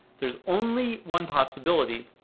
there's only one possibility,